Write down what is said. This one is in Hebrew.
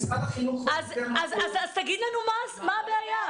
משרד החינוך --- אז תסביר לנו מה הבעיה.